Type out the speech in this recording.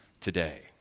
today